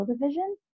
division